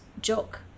jock